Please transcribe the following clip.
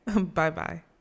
Bye-bye